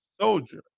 soldier